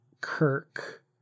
Kirk